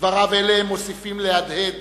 דבריו אלה מוסיפים להדהד